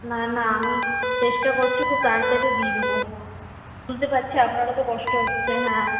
না না আমি চেষ্টা করছি খুব তাড়াতাড়ি দিয়ে দেব বুঝতে পারছি আপনার ও তো কষ্ট হচ্ছে হ্যাঁ